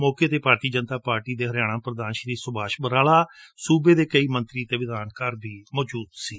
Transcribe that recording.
ਮੌਕੇ ਤੇ ਭਾਰਤੀ ਜਨਤਾ ਪਾਰਟੀ ਦੇ ਹਰਿਆਣਾ ਪ੍ਰਧਾਨ ਸ਼੍ਰੀ ਸੁਭਾਸ਼ ਬਰਾਲਾ ਸੂਬੇ ਦੇ ਕਈ ਮੰਤਰੀ ਅਤੇ ਵਿਧਾਨਕਾਰ ਵੀ ਮੌਜੂਦ ਸਨ